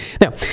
Now